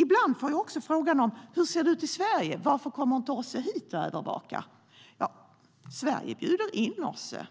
Ibland får jag också frågan: Hur ser det ut i Sverige? Varför kommer inte OSSE hit och övervakar? Sverige bjuder in OSSE.